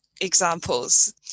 examples